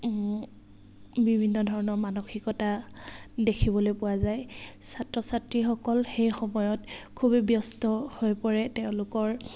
বিভিন্ন ধৰণৰ মানসিকতা দেখিবলৈ পোৱা যায় ছাত্ৰ ছাত্ৰীসকল সেই সময়ত খুবেই ব্যস্ত হৈ পৰে তেওঁলোকৰ